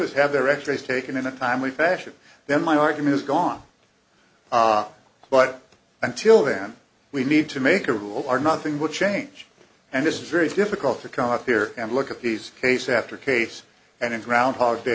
is have their x rays taken in a timely fashion then my argument is gone but until then we need to make a rule are nothing would change and it's very difficult to come up here and look at these case after case and in groundhog